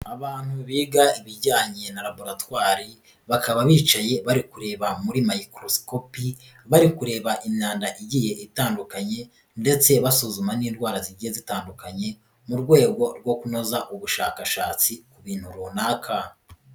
Abantu biga ibijyanye na raboratwari, bakaba bicaye bari kureba muri mayikorosikopi, bari kureba imyanda igiye itandukanye ndetse basuzuma n'indwara zigiye zitandukanye, mu rwego rwo kunoza ubushakashatsi ku bintu runaka.